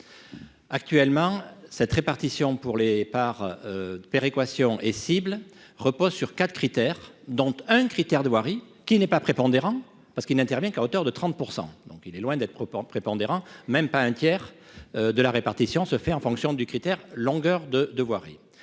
actuellement cette répartition pour les par péréquation et cible repose sur 4 critères dont un critère de voirie qui n'est pas prépondérant parce qu'il n'intervient qu'à hauteur de 30 % donc il est loin d'être pro-prépondérant, même pas un tiers de la répartition se fait en fonction du critère longueur de de voirie,